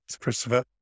Christopher